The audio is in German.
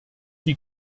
die